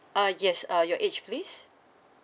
ah yes uh your age please